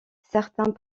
certains